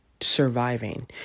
surviving